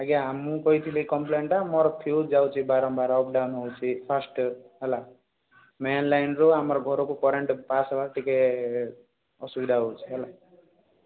ଆଜ୍ଞା ମୁଁ କରିଥିଲି କମ୍ପ୍ଲେନଟା ମୋର ଫ୍ୟୁଜ୍ ଯାଉଛି ବାରମ୍ବାର ଅପ୍ ଡାଉନ୍ ହେଇ ଯାଉଛି ଫାଷ୍ଟ୍ ହେଲା ମେନ୍ ଲାଇନରୁ ଆମ ଘରକୁ କରେଣ୍ଟ୍ ପାସ୍ ହେବାର ଟିକେ ଅସୁବିଧା ହେଉଛି ହେଲା